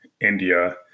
India